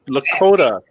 Lakota